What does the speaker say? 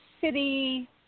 City